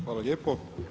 Hvala lijepo.